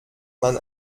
man